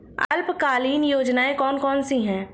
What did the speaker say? अल्पकालीन योजनाएं कौन कौन सी हैं?